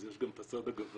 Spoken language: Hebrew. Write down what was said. אז יש גם את הצד הגברי.